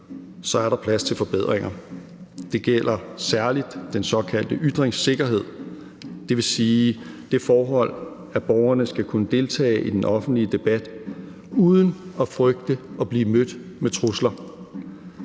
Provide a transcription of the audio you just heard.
så er der plads til forbedringer. Det gælder særlig den såkaldte ytringssikkerhed, dvs. det forhold, at borgerne skal kunne deltage i den offentlige debat uden at frygte at blive mødt med trusler.